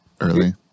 early